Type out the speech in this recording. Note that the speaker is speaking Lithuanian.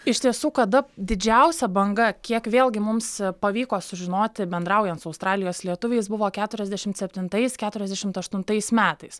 iš tiesų kada didžiausia banga kiek vėlgi mums pavyko sužinoti bendraujant su australijos lietuviais buvo keturiasdešimt septintais keturiasdešimt aštuntais metais